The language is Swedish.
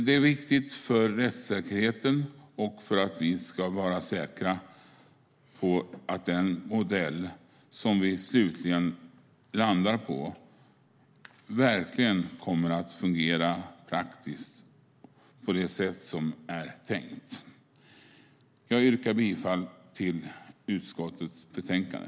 Det är viktigt för rättssäkerheten och för att vi ska vara säkra på att den modell som vi slutligen landar på verkligen kommer att fungera praktiskt på det sätt som är tänkt. Jag yrkar bifall till förslaget i utskottets betänkande.